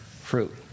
fruit